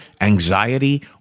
anxiety